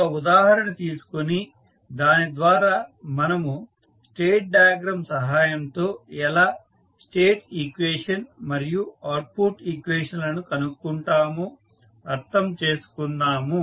ఒక ఉదాహరణ తీసుకుని దాని ద్వారా మనము స్టేట్ డయాగ్రమ్ సహాయంతో ఎలా స్టేట్ ఈక్వేషన్ మరియు అవుట్పుట్ ఈక్వేషన్ లను కనుక్కుంటామో అర్థం చేసుకుందాము